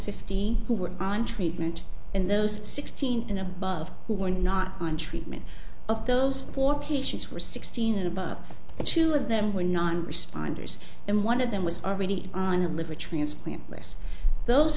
fifty who were on treatment in those sixteen and above who were not on treatment of those four patients were sixteen and above and two of them were not responders and one of them was already on a liver transplant list those